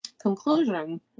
conclusion